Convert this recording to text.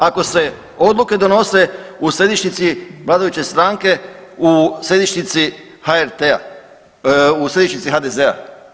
Ako se odluke donose u središnjici vladajuće stranke, u središnjici HRT-a, u središnjici HDZ-a?